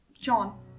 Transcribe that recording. John